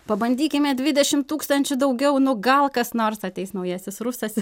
pabandykime dvidešimt tūkstančių daugiau nu gal kas nors ateis naujasis rusas